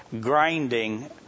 grinding